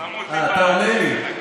אתה עונה לי?